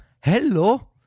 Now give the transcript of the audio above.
hello